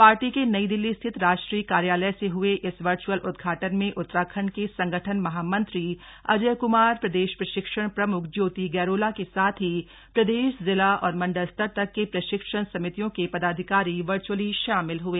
party के नई दिल्ली स्थित राष्ट्रीय कार्यालय से हये इस वर्च्अल उद्घाटन में उत्तराखंड के संगठन महामंत्री अजय क्मार प्रदेश प्रशिक्षण प्रमुख ज्योति गैरोला के साथ ही प्रदेश ज़िला और मंडल स्तर तक के प्रशिक्षण समितियों के पदाधिकारी वर्चअली शामिल हए